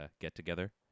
get-together